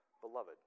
beloved